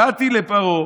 באתי לפרעה,